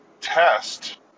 test